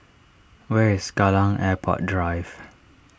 where is Kallang Airport Drive